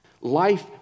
life